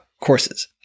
courses